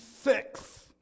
six